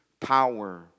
power